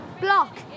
Block